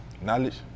Knowledge